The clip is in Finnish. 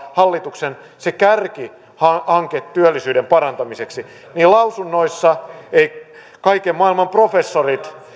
hallituksen kärkihanke työllisyyden parantamiseksi niin lausunnoissa kaiken maailman professorit